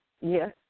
Yes